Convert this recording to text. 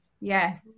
yes